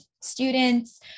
students